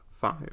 five